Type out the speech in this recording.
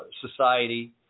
society